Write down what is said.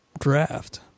draft